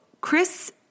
Chris